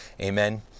Amen